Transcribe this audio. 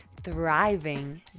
thriving